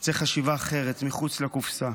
צריך חשיבה אחרת, מחוץ לקופסה.